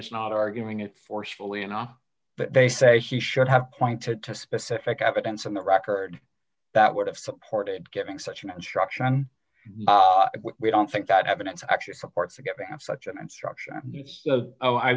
is not arguing it forcefully enough but they say he should have pointed to specific evidence on the record that would have supported giving such an instruction we don't think that evidence actually support forget that such an instruction oh i